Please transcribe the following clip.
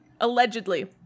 Allegedly